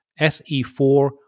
SE4